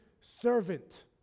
servant